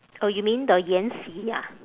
oh you mean the 延禧 ah